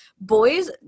Boys